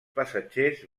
passatgers